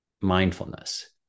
mindfulness